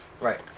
Right